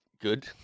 good